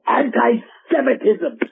anti-Semitism